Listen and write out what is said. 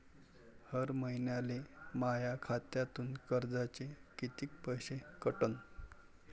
हर महिन्याले माह्या खात्यातून कर्जाचे कितीक पैसे कटन?